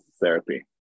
therapy